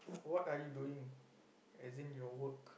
what are you doing as in your work